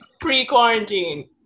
pre-quarantine